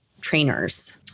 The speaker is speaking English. trainers